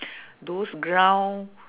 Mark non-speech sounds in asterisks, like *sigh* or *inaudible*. *breath* those ground